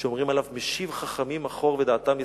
שאומרים עליו: "משיב חכמים אחור ודעתם ישכל".